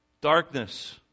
darkness